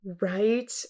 Right